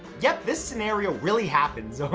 yup, this scenario really happens.